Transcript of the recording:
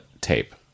tape